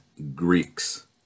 greeks